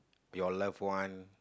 your love one